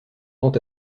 grand